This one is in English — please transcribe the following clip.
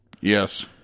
yes